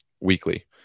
weekly